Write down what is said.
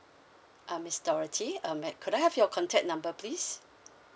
uh miss dorothy uh may could I have your contact number please